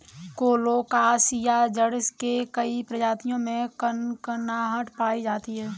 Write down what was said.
colocasia जड़ के कई प्रजातियों में कनकनाहट पायी जाती है